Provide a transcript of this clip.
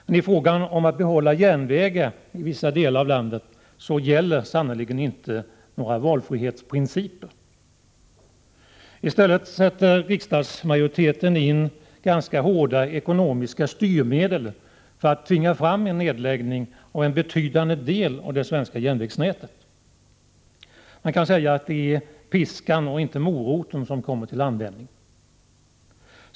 Men i fråga om att behålla järnvägar i vissa delar av landet gäller sannerligen inte några valfrihetsprinciper. I stället sätter riksdagsmajoriteten in ganska hårda styrmedel för att tvinga fram en nedläggning av en betydande del av det svenska järnvägsnätet. Man kan säga att det är piskan och inte moroten som kommit till användning.